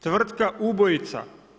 Tvrtka ubojica.